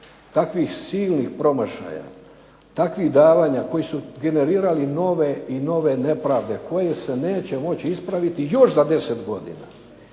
takvih silnih promašaja, takvih davanja koji su generirali nove i nove nepravde koje se neće moći ispraviti još za 10 godina.